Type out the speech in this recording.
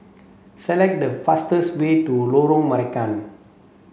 select the fastest way to Lorong Marican